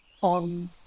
on